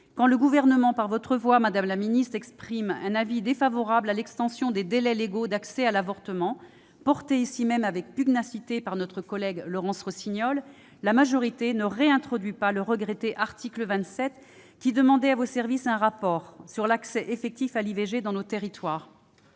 Quand le Gouvernement exprime par votre voix, madame la ministre, un avis défavorable à l'extension des délais légaux d'accès à l'avortement, une mesure portée ici même avec pugnacité par notre collègue Laurence Rossignol, la majorité ne réintroduit pas le regretté article 27, qui tendait à demander à vos services un rapport sur l'accès effectif à l'IVG dans nos territoires.